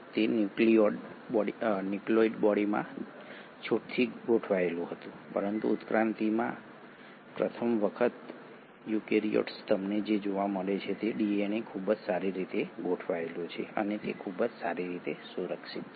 તે ન્યુક્લિયોઇડ બોડીમાં છૂટથી ગોઠવાયેલું હતું પરંતુ ઉત્ક્રાંતિમાં પ્રથમ વખત યુકેરીયોટ્સમાં તમને જે જોવા મળે છે તે ડીએનએ ખૂબ જ સારી રીતે ગોઠવાયેલું છે અને તે ખૂબ જ સારી રીતે સુરક્ષિત છે